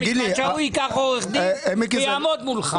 מכיוון שהוא ייקח עורך דין ויעמוד מולך.